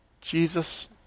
Jesus